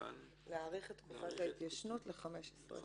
-- להאריך את תקופת ההתיישנות ל-15 שנים.